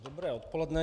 Dobré odpoledne.